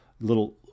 little